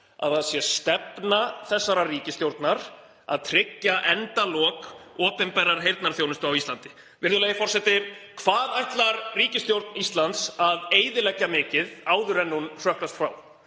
Að það sé stefna þessarar ríkisstjórnar að tryggja endalok opinberrar heyrnarþjónustu á Íslandi. Virðulegi forseti. Hvað ætlar ríkisstjórn Íslands að eyðileggja mikið áður en hún hrökklast frá?